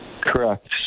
Correct